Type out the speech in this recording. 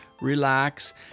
relax